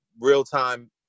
real-time